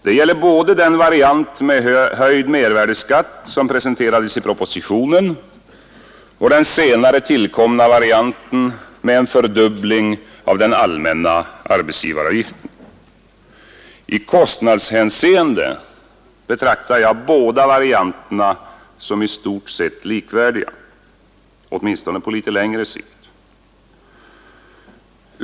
Det gäller både den variant med höjd mervärdeskatt, som presenterades i propositionen, och den senare tillkomna varianten med en fördubbling av den allmänna arbetsgivaravgiften. I kostnadshänseende betraktar jag båda varianterna som i stort sett likvärdiga åtminstone på litet längre sikt.